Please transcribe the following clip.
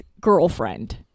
girlfriend